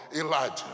Elijah